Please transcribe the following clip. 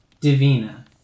Divina